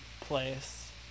place